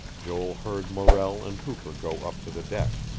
joel heard morrell and hooper go up to the deck.